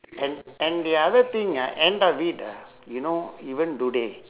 and and the other thing ah end of it ah you know even today